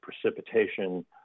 precipitation